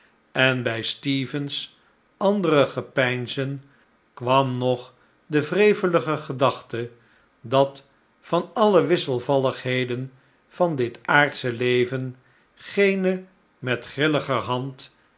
en bij stephen's andere gepeinzen kwam nog de wrevelige gedachte dat van alle wisselvalligheden van dit aardsche leven geene met grilliger hand